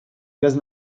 gaz